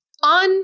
on